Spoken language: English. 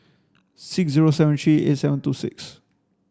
six zero seven three eight seven two six